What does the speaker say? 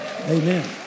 Amen